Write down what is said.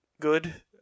Good